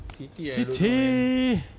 City